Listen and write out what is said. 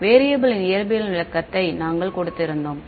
வேரியபெளின் இயற்பியல் விளக்கத்தை நாங்கள் கொடுத்திருந்தோம்